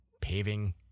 paving